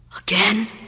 Again